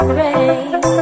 rain